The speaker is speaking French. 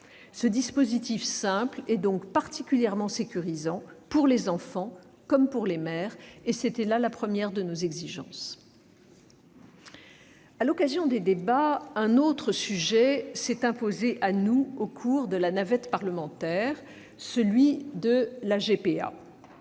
Ce dispositif simple est donc particulièrement sécurisant, pour les enfants comme pour les mères- c'était la première de nos exigences. À la faveur des débats, un autre sujet s'est imposé à nous au cours de la navette parlementaire : la gestation